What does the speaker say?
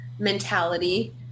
mentality